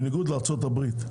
בניגוד לארצות הברית,